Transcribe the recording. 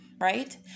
right